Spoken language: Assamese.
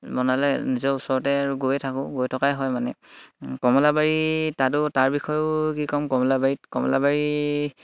বনালে নিজৰ ওচৰতে আৰু গৈয়ে থাকোঁ গৈ থকাই হয় মানে কমলাবাৰী তাতো তাৰ বিষয়েও কি ক'ম কমলাবাৰীত কমলাবাৰী